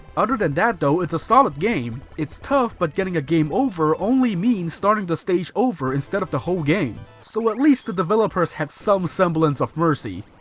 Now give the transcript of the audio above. other than that though, it's a solid game. it's tough, but getting a game over only means starting the stage over instead of the whole game, so at least the developers had some semblance of mercy.